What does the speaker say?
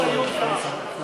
במקום איוב קרא.